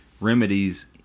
remedies